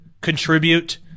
contribute